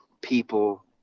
people